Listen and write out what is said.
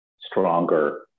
stronger